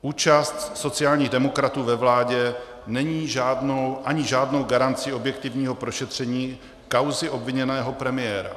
Účast sociálních demokratů ve vládě není ani žádnou garancí objektivního prošetření kauzy obviněného premiéra.